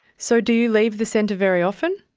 so do you leave the centre very often?